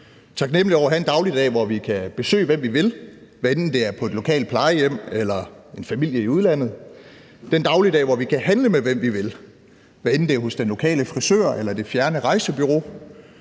taknemmelige for at have en dagligdag, hvor vi kan besøge, hvem vi vil, hvad enten det er på et lokalt plejehjem eller en familie i udlandet, den dagligdag, hvor vi kan handle med, hvem vi vil, hvad enten det er hos den lokale frisør eller det fjerne rejsebureau,